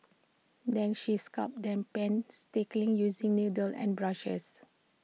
then she sculpts them painstakingly using needles and brushes